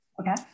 Okay